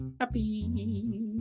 happy